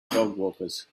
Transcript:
dogwalkers